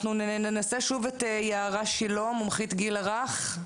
אנחנו ננסה שוב את יערה שילה, מומחית גיל הרך.